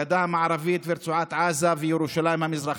הגדה המערבית ורצועת עזה וירושלים המזרחית,